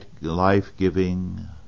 life-giving